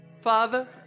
Father